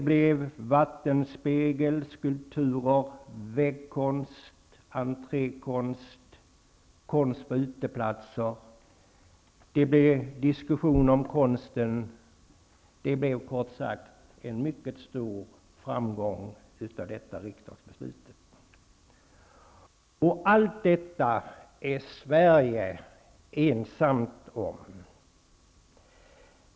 Där fanns vattenspegelskulpturer, väggkonst, entrékonst och konst på uteplatser. Där uppstod en diskussion om konsten, och kort sagt blev riksdagsbeslutet en stor framgång. Allt detta är Sverige ensamt om!